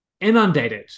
inundated